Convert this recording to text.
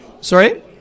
Sorry